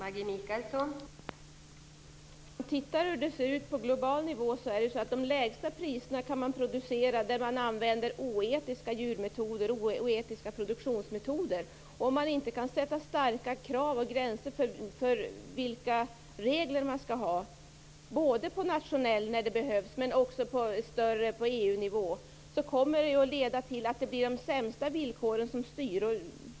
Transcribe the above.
Fru talman! Om man tittar på hur det ser ut på global nivå kan man producera till lägst priser där man använder oetiska produktionsmetoder. Om man inte kan ställa stränga krav och sätta gränser för vilka regler som man skall ha på både nationell nivå och EU-nivå kommer det att leda till att det blir de sämsta villkoren som styr.